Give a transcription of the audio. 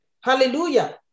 Hallelujah